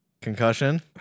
concussion